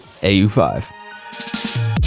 AU5